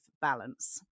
balance